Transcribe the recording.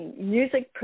music